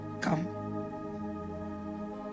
come